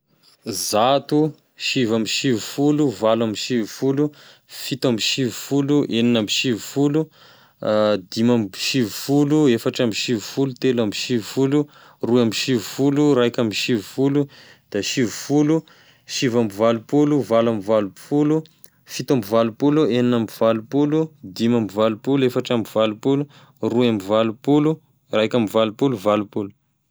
Zato, sivy amby sivy folo, valo amby sivy folo, fito amby sivy folo, enina amby sivy folo, dimy amby sivy folo, efatry amby sivy folo, telo amby sivy folo, roy amby sivy folo, raiky amby sivy folo, sivifolo, sivy amby valopolo, valo amby valopolo, fito amby valopolo, enina amby valopolo, dimy amby valopolo, efatry amby valopolo, telo amby valopolo, roy amby valopolo, raiky amby valopolo, valopolo.